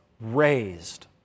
raised